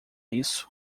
isso